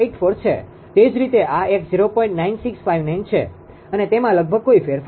9659 છે અને તેમાં લગભગ કોઈ ફેરફાર નથી